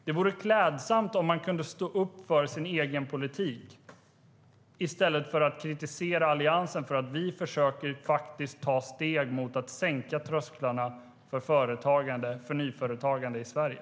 Det vore klädsamt om man kunde stå upp för sin egen politik, i stället för att kritisera Alliansen för att vi faktiskt försöker ta steg mot att sänka trösklarna för nyföretagande i Sverige.